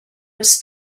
was